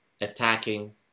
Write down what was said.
attacking